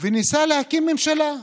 וניסה להקים ממשלה.